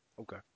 Okay